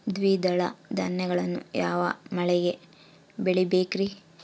ದ್ವಿದಳ ಧಾನ್ಯಗಳನ್ನು ಯಾವ ಮಳೆಗೆ ಬೆಳಿಬೇಕ್ರಿ?